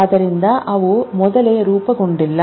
ಆದ್ದರಿಂದ ಅವು ಮೊದಲೇ ರೂಪಗೊಂಡಿಲ್ಲ